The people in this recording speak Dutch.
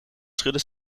schudde